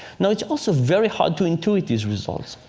now, it's also very hard to intuit these results.